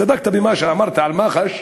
צדקת במה שאמרת על מח"ש,